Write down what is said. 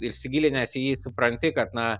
ir įsigilinęs į jį supranti kad na